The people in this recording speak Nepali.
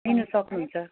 लिनुसक्नु हुन्छ